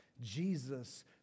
Jesus